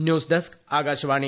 news desk Akashvani